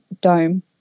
dome